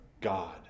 God